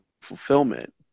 fulfillment